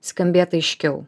skambėt aiškiau